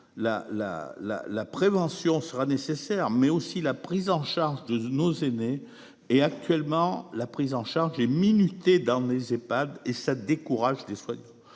la prévention sera nécessaire, mais aussi la prise en charge de nos aînés et actuellement la prise en charge est minuté dans les Ehpads et ça décourage des soignants.